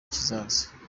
kizaza